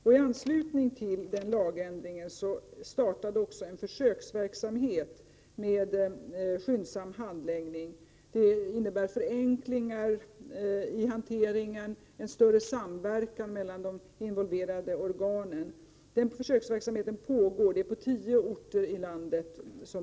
I anslutning till den lagändringen startade en försöksverksamhet med skyndsam handläggning, och det innebär förenklingar i hanteringen och en större samverkan mellan de involverade organen. Försöksverksamheten pågår på tio orter i landet.